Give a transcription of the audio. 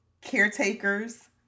caretakers